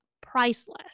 priceless